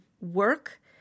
work